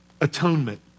atonement